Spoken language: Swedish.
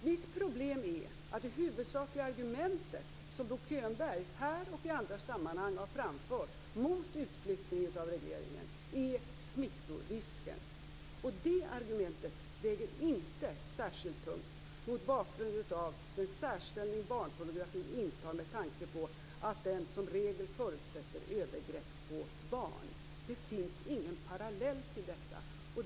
Mitt problem är att det huvudsakliga argumentet som Bo Könberg här och i andra sammanhang har framfört mot att regeringen föreslår en utflyttning av regleringen är "smittorisken". Det argumentet väger inte särskilt tungt mot bakgrund av den särställning barnpornografin intar med tanke på att den som regel förutsätter övergrepp på barn. Det finns ingen parallell till detta.